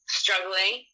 struggling